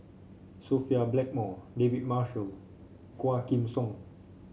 Sophia Blackmore David Marshall Quah Kim Song